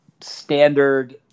standard